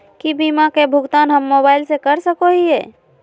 की बीमा के भुगतान हम मोबाइल से कर सको हियै?